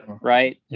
Right